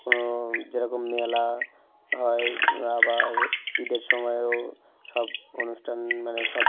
কোনো যেরকম মেলা হয় আবার ঈদের সময়ও সব অনুষ্ঠান মানে সব